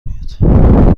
میاید